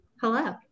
Hello